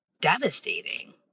devastating